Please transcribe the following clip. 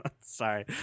Sorry